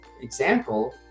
example